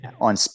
on